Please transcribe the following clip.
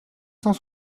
cent